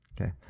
Okay